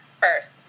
first